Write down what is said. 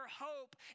hope